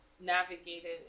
navigated